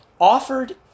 offered